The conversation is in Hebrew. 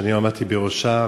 שאני עמדתי בראשה,